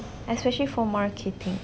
especially for marketing